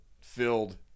filled